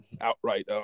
outright